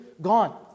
gone